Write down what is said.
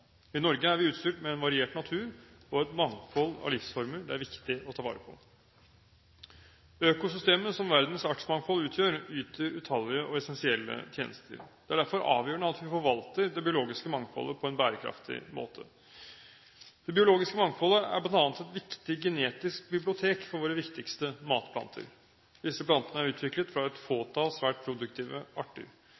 I Norge er vi utstyrt med en variert natur og et mangfold av livsformer det er viktig å ta vare på. Økosystemet som verdens artsmangfold utgjør, yter utallige og essensielle tjenester. Det er derfor avgjørende at vi forvalter det biologiske mangfoldet på en bærekraftig måte. Det biologiske mangfoldet er bl.a. et viktig genetisk bibliotek for våre viktigste matplanter. Disse plantene er utviklet fra et